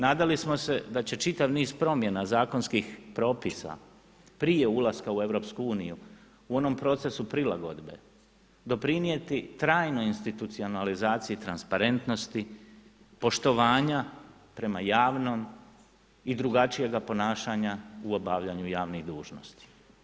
Nadali smo se da će čitav niz promjena, zakonskih propisa prije ulaska u EU, u onom procesu prilagodbe, doprinijeti trajnoj institucionalizaciji, transparentnosti, poštovanja prema javnom i drugačijega ponašanja u obavljanju javnih dužnosti.